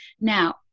Now